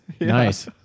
Nice